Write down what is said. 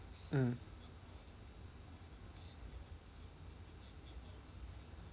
mm